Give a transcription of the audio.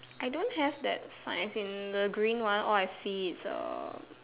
I don't have that sign as in the green one all I see is err